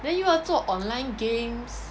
then 又要做 online games